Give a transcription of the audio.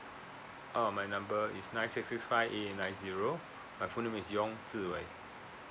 oh my number is nine six six five eight eight nine zero my full name is yong zi wei